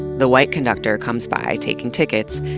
the white conductor comes by taking tickets.